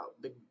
big